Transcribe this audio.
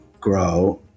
grow